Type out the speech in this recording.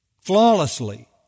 flawlessly